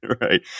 Right